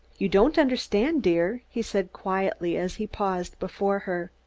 you don't understand, dear, he said quietly, as he paused before her.